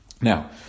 Now